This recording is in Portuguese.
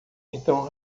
então